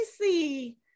see